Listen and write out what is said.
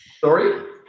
Sorry